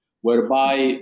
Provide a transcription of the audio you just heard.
whereby